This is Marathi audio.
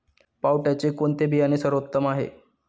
पावट्याचे कोणते बियाणे सर्वोत्तम आहे?